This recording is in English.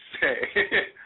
say